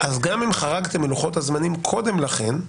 גם אם חרגתם מלוחות הזמנים קודם לכן,